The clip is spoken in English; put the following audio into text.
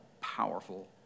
powerful